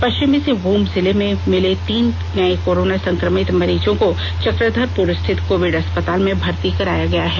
पष्चिम सिंहभूम जिले में मिले तीन नए कोरोना संक्रमित मरीजों को चक्रधरपुर स्थित कोविड अस्पताल में भर्ती कराया गया है